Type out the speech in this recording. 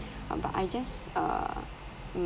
but I just err